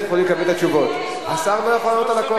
חבר הכנסת אפללו, חברת הכנסת רגב,